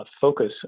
focus